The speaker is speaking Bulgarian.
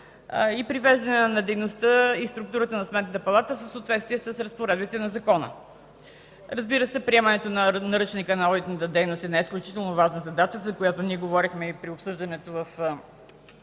и привеждане на дейността и структурата на Сметната палата в съответствие с разпоредбите на закона. Разбира се, приемането на Наръчника на одитната дейност е изключително важна задача, за която говорихме и при обсъждането в